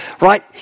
right